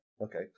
okay